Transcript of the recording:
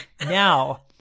Now